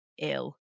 ill